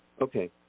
Okay